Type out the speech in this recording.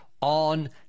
on